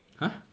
!huh!